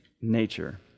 nature